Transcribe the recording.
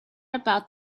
about